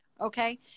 okay